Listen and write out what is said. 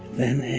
then